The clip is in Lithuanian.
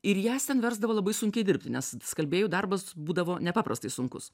ir jas ten versdavo labai sunkiai dirbti nes skalbėjų darbas būdavo nepaprastai sunkus